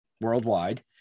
worldwide